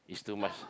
is too much